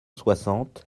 soixante